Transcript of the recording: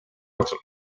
jooksul